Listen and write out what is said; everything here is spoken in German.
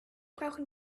brauchen